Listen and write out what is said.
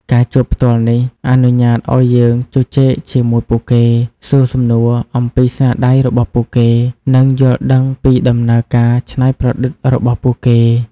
ការជួបផ្ទាល់នេះអនុញ្ញាតឲ្យយើងជជែកជាមួយពួកគេ សួរសំណួរអំពីស្នាដៃរបស់ពួកគេ និងយល់ដឹងពីដំណើរការច្នៃប្រឌិតរបស់ពួកគេ។